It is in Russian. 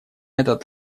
этот